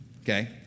Okay